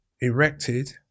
erected